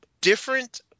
different